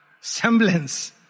semblance